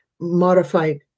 modified